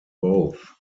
both